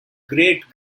great